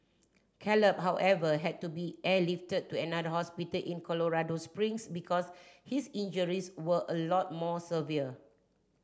Caleb however had to be airlifted to another hospital in Colorado Springs because his injuries were a lot more severe